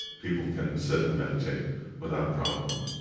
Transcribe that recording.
people can sit and meditate without a problem.